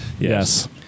Yes